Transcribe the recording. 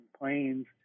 planes